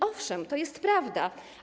Owszem, to jest prawda.